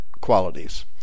qualities